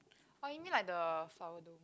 oh you mean like the file though